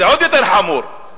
זה עוד יותר חמור באו"ם.